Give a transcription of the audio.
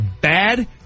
bad